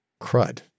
crud